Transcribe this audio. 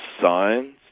signs